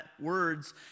words